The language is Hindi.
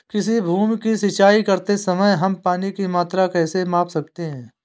किसी भूमि की सिंचाई करते समय हम पानी की मात्रा कैसे माप सकते हैं?